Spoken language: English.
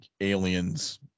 aliens